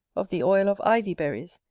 of the oil of ivy-berries,